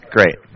Great